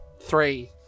Three